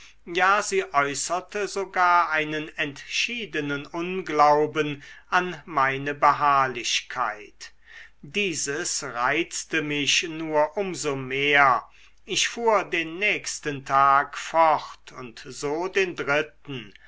ja sie äußerte sogar einen entschiedenen unglauben an meine beharrlichkeit dieses reizte mich nur um so mehr ich fuhr den nächsten tag fort und so den dritten